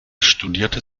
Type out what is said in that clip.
studierte